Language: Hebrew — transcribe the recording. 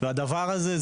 והדבר הזה,